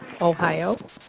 Ohio